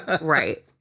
right